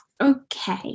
Okay